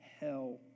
hell